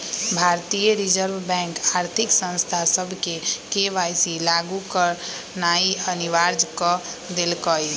भारतीय reserve bank आर्थिक संस्था सभके के.वाई.सी लागु करनाइ अनिवार्ज क देलकइ